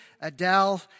Adele